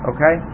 Okay